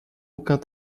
aucun